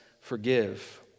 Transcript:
forgive